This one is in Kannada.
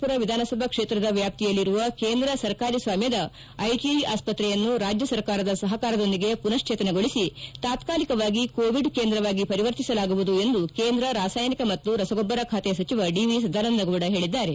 ಪುರ ವಿಧಾನಸಭಾ ಕ್ಷೇತ್ರದ ವ್ಯಾಪ್ತಿಯಲ್ಲಿರುವ ಕೇಂದ್ರ ಸರ್ಕಾರಿ ಸ್ವಾಮ್ಖದ ಐಟಐ ಆಸ್ಪತ್ರೆಯನ್ನು ರಾಜ್ಯ ಸರ್ಕಾರದ ಸಹಕಾರದೊಂದಿಗೆ ಪುನಕ್ಷೇತನಗೊಳಿಸಿ ತಾತ್ಕಾಲಿಕವಾಗಿ ಕೋವಿಡ್ ಕೇಂದ್ರವಾಗಿ ಪರಿವರ್ತಿಸಲಾಗುವುದು ಎಂದು ಕೇಂದ್ರ ರಾಸಾಯನಿಕ ಮತ್ತು ರಸಗೊಬ್ಲರ ಸಚಿವ ಡಿ ವಿ ಸದಾನಂದಗೌಡ ಹೇಳದ್ದಾರೆ